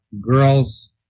girls